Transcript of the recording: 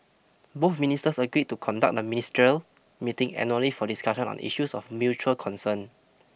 both ministers agreed to conduct the ministerial meeting annually for discussion on issues of mutual concern